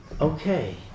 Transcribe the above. Okay